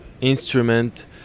instrument